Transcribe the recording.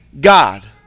God